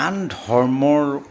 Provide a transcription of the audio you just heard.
আন ধৰ্মৰ